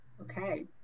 Okay